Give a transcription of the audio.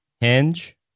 Hinge